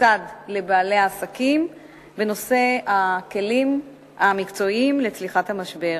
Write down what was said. מסובסד לבעלי העסקים בנושא הכלים המקצועיים לצליחת המשבר.